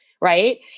right